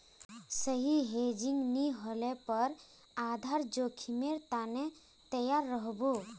सही हेजिंग नी ह ल पर आधार जोखीमेर त न तैयार रह बो